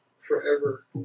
forever